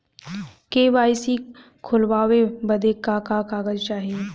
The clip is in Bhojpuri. के.वाइ.सी खोलवावे बदे का का कागज चाही?